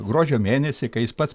gruodžio mėnesį kai jis pats